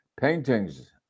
paintings